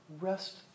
rest